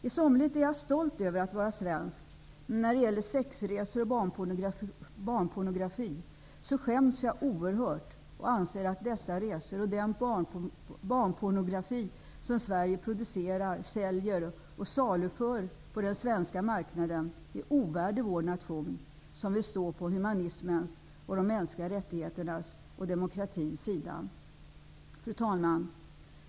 I somligt är jag stolt över att vara svensk, men när det gäller sexresor och barnpornografi skäms jag oerhört och anser att dessa resor och den barnpornografi som Sverige producerar, säljer och saluför på den svenska marknaden är ovärdig vår nation, som vill stå på humanismens, de mänskliga rättigheternas och demokratins sida. Fru talman!